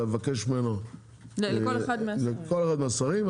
ולכל אחד מהשרים,